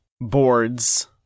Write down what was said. boards